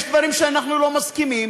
יש דברים שאנחנו לא מסכימים.